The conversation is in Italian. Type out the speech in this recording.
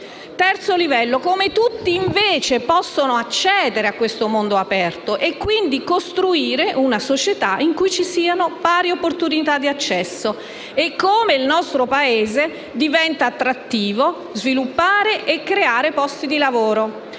nostro impegno è come tutti possono accedere a questo mondo aperto, e quindi costruire una società in cui ci siano pari opportunità di accesso, e come il nostro Paese diventa attrattivo (sviluppare e creare posti di lavoro).